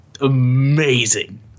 amazing